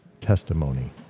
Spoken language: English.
testimony